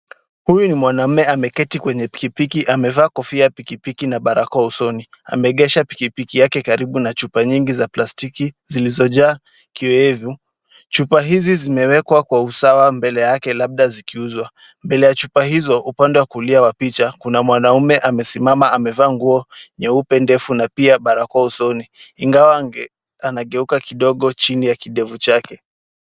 Huyu ni mwanamme ameketi kwenye pikipiki. Amevaa kofia ya pikipiki na barakoa usoni. Ameegesha pikipiki yake karibu na chupa nyingi za plastiki zilizojaa kiowevu. Chupa hizi zimewekwa kwa usawa mbele yake labda zikiuzwa. Mbele ya chupa hizo upande wa kulia wa picha kuna mwanaume amesimama amevaa nguo nyeupe ndefu na pia barakoa usoni ingawa kidogo chini ya kidevu chake.